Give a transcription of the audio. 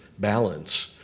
balance.